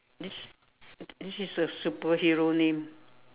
this this is a superhero name